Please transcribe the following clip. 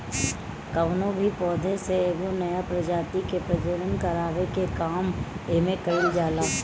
कवनो भी पौधा से एगो नया प्रजाति के प्रजनन करावे के काम एमे कईल जाला